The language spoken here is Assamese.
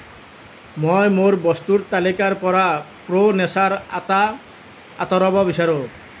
মই মোৰ বস্তুৰ তালিকাৰ পৰা প্ৰ' নেচাৰ আটা আঁতৰাব বিচাৰোঁ